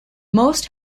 most